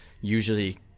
usually